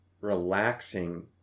relaxing